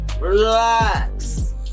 relax